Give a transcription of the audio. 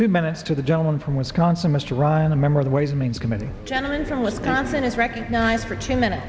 two minutes to the gentleman from wisconsin mr ryan a member of the ways and means committee gentleman from wisconsin is recognized for two minutes